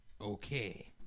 Okay